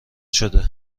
شده